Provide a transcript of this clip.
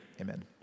Amen